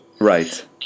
Right